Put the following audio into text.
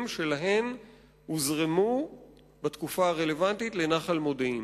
שלהן הוזרמו בתקופה הרלוונטית לנחל-מודיעין.